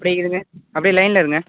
அப்டி இருங்கள் அப்டி லைனில் இருங்கள்